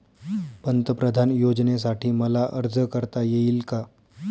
पंतप्रधान योजनेसाठी मला अर्ज करता येईल का?